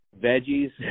veggies